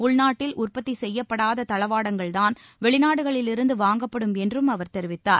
உள்நாட்டில் உற்பத்தி செய்யப்படாத தளவாடங்கள்தான் வெளிநாடுகளிலிருந்து வாங்கப்படும் என்றும் அவர் தெரிவித்தார்